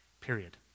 Period